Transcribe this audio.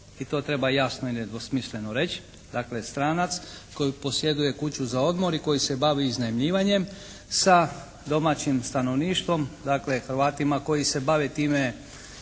i to treba jasno i nedvosmisleno reći. Dakle, stranac koji posjeduje kuću za odmor i koji se bavi iznajmljivanjem sa domaćim stanovništvom dakle Hrvatima koji se bave time